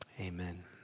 Amen